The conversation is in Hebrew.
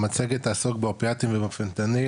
המצגת תעסוק באופיאטים ובפנטניל,